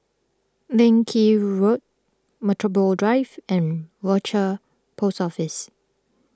Leng Kee Road Metropole Drive and Rochor Post Office